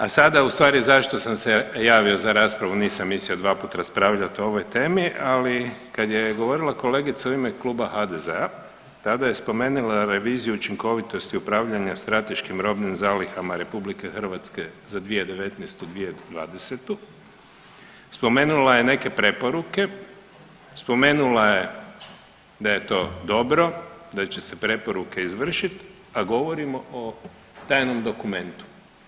A sada u stvari zašto sam se javio za raspravu nisam mislio dva puta raspravljat o ovoj temi, ali kad je govorila kolegica u ime Kluba HDZ-a tada je spomenula reviziju učinkovitosti upravljanja strateškim robnim zalihama RH za 2019., 2020., spomenula je neke preporuke, spomenula je da je to dobro, da će se preporuke izvršiti, a govorimo o tajnom dokumentu.